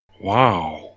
Wow